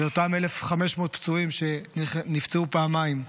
ואותם 1,500 פצועים שנפצעו פעמיים,